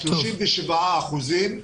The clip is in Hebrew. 37 אחוזים.